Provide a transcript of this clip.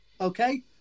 okay